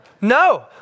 no